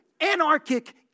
anarchic